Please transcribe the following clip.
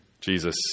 Jesus